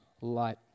light